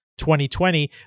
2020